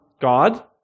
God